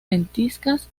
ventiscas